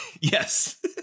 yes